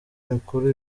mikuru